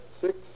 six